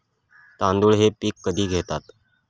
तांदूळ हे पीक कधी घेतात?